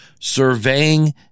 surveying